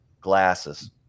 glasses